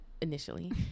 initially